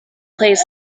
plays